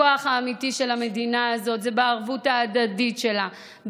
הכוח האמיתי של המדינה הזאת הוא בערבות ההדדית שלה,